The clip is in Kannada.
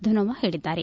ಧನೋವ ಹೇಳಿದ್ದಾರೆ